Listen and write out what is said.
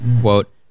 Quote